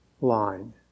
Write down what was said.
line